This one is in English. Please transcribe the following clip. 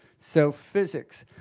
so physics.